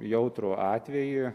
jautrų atvejį